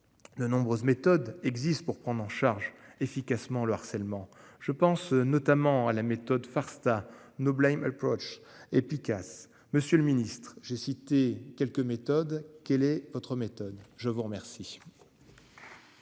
De nombreuses méthodes existent pour prendre en charge efficacement le harcèlement je pense notamment à la méthode farce ta noble animal proche et puis casse. Monsieur le Ministre, j'ai cité quelques méthodes. Quelle est votre méthode. Je vous remercie.